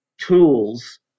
tools